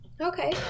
Okay